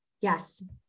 Yes